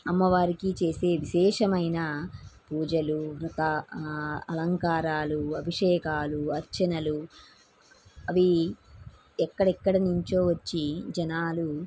అమ్మవారికి చేసే విశేషమైనా పూజలు ఇంకా అలంకారాలు అభిషేకాలు అర్చనలు అవీ ఎక్కడెక్కడ నుంచో వచ్చి జనాలు